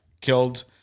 killed